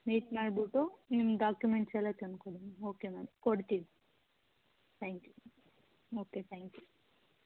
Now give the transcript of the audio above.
meet ಮಾಡ್ಬಿಟ್ಟು ನಿಮ್ಮ ಡಾಕ್ಯುಮೆಂಟ್ಸೆಲ್ಲ ತಂದು ಕೊಡಿ ಮ್ಯಾಮ್ ಓಕೆ ಮ್ಯಾಮ್ ಕೊಡ್ತೀವಿ thank you okay thank you